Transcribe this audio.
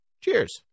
cheers